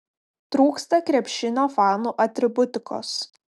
trūksta krepšinio fanų atributikos